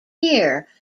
year